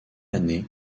année